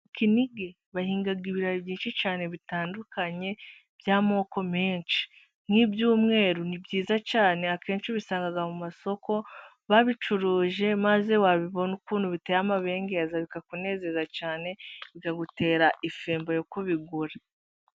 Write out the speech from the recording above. Kinigi bahinga ibirayi byinshi cyane bitandukanye by'amoko menshi. nk'ibyumweru ni byiza cyane akenshi ubisanga mu masoko babicuruje maze wabibona ukuntu biteye amabengeza bikakunezeza cyane bikagutera ifemba yo kubigura.